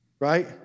Right